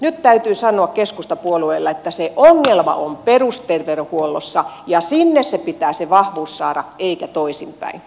nyt täytyy sanoa keskustapuolueelle että se ongelma on perusterveydenhuollossa ja sinne pitää se vahvuus saada eikä toisinpäin